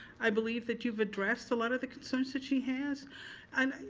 i believe that you've addressed a lot of the concerns that she has and,